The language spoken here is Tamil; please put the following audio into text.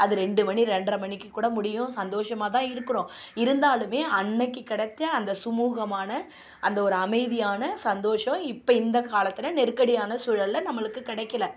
அது ரெண்டு மணி ரெண்டரை மணிக்கு கூட முடியும் சந்தோஷமாக தான் இருக்கிறோம் இருந்தாலும் அன்றைக்கு கெடைச்ச அந்த சுமூகமான அந்த ஒரு அமைதியான சந்தோஷம் இப்போ இந்த காலத்தில் நெருக்கடியான சூழலில் நம்மளுக்கு கிடைக்கல